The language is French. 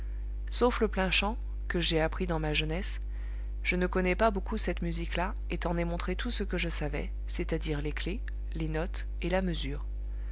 sauf le plain chant que j'ai appris dans ma jeunesse je ne connais pas beaucoup cette musique là et t'en ai montré tout ce que je savais c'est-à-dire les clefs les notes et la mesure